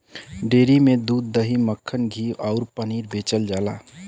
dairy में दूध, दही, मक्खन, घीव अउरी पनीर बेचल जाला